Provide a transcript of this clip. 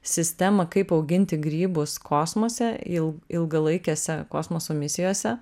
sistemą kaip auginti grybus kosmose il ilgalaikėse kosmoso misijose